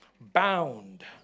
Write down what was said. bound